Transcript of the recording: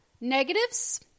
negatives